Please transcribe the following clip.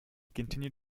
continued